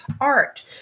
art